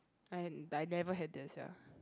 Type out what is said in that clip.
I I never had that sia